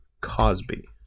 Cosby